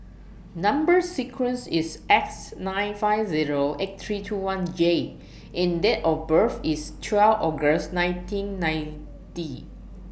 Number sequence IS S nine five Zero eight three two one J and Date of birth IS twelve August nineteen ninety